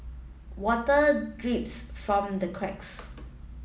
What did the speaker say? water drips from the cracks